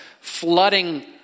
flooding